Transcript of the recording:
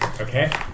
Okay